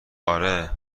آره